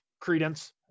Credence